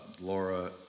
Laura